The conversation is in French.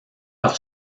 leur